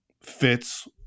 fits